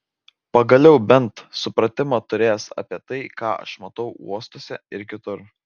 pagaliau bent supratimą turės apie tai ką aš matau uostuose ir kitur